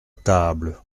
table